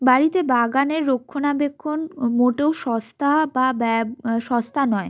বাড়িতে বাগানের রক্ষণাবেক্ষণ মোটেও সস্তা বা ব্য সস্তা নয়